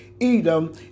Edom